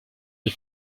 des